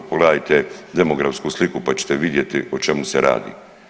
Pogledajte demografsku sliku pa ćete vidjeti o čemu se radi.